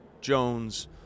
Jones –